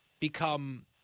become